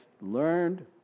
learned